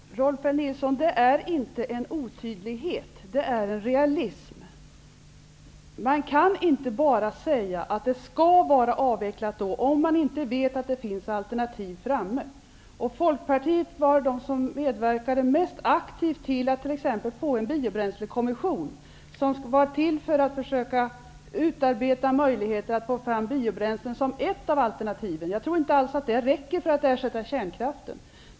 Herr talman! Rolf L Nilson, det är inte någon otydlighet, det är en realism. Man kan inte bara säga att kärnkraften skall vara avvecklad ett visst årtal, om man inte vet att det finns alternativ framtagna. Folkpartiet medverkade mest aktivt till att exempelvis en biobränslekommission tillsattes som skulle försöka utarbeta möjligheter att få fram biobränslen som ett av alternativen. Jag tror inte alls att det räcker för att ersätta kärnkraften.